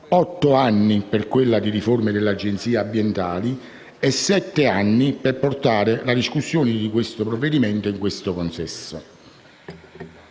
otto anni per quella di riforma delle agenzie ambientali e ai sette anni per portare la discussione di questo provvedimento in questo consesso.